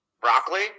Broccoli